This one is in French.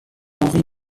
henry